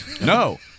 No